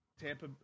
Tampa